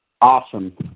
awesome